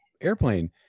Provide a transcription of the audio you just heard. airplane